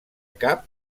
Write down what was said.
cap